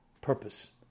purpose